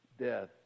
death